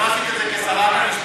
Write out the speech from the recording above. אם לא עשית את זה כשרת המשפטים,